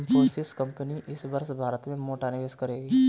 Infosys company इस वर्ष भारत में मोटा निवेश करेगी